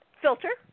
filter